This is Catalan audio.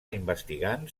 investigant